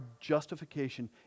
justification